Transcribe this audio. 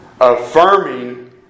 affirming